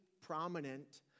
prominent